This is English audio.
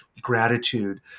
gratitude